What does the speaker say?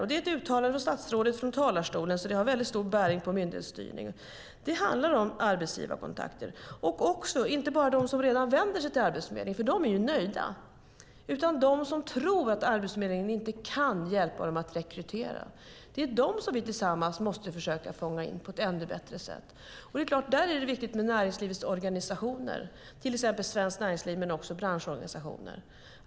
Det här är ett uttalande från statsrådet från talarstolen, så det har stor bäring på myndighetsstyrning. Det handlar om arbetsgivarkontakter. Det handlar inte bara om dem som redan vänder sig till Arbetsförmedlingen, för de är nöjda. Det handlar också om dem som tror att Arbetsförmedlingen inte kan hjälpa dem att rekrytera. Det är dessa som vi tillsammans måste försöka fånga in på ett ännu bättre sätt. Där är det viktigt med näringslivets organisationer, till exempel Svenskt Näringsliv men också branschorganisationer.